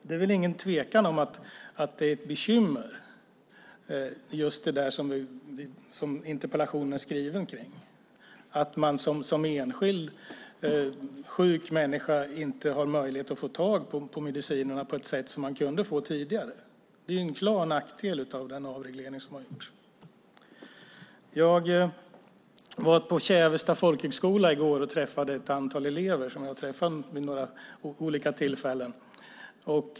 Det är väl ingen tvekan om att det som det skrivs om i interpellationerna är ett bekymmer, att man som enskild sjuk människa inte har möjlighet att få tag på medicinerna på samma sätt som man hade tidigare. Det är en klar nackdel till följd av den avreglering som har gjorts. Jag var på Kävesta folkhögskola i går och träffade ett antal elever som jag har träffat vid några tillfällen.